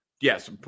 yes